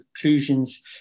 conclusions